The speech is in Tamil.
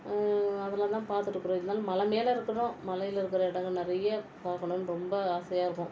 அதெல்லாம் தான் பார்த்துட்டுக்குறோம் இருந்தாலும் மலை மேல் இருக்கணும் மலையில் இருக்கிற இடங்கள் நிறையா பார்க்கணுன்னு ரொம்ப ஆசையாக இருக்கும்